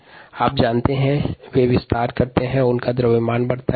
mould जब विस्तारित होते है तब उनका द्रव्यमान बढ़ता है